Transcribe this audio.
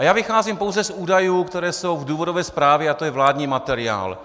Já vycházím pouze z údajů, které jsou v důvodové zprávě, a to je vládní materiál.